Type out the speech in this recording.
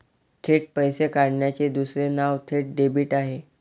थेट पैसे काढण्याचे दुसरे नाव थेट डेबिट आहे